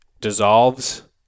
dissolves